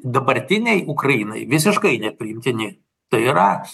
dabartinei ukrainai visiškai nepriimtini tai yra